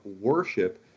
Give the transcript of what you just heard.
worship